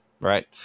right